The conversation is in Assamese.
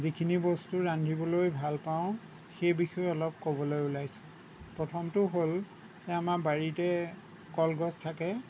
যিখিনি বস্তু ৰান্ধিবলৈ ভাল পাওঁ সেই বিষয়ে অলপ ক'বলৈ ওলাইছোঁ প্ৰথমটো হ'ল এই আমাৰ বাৰীতে কলগছ থাকে